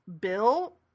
Bill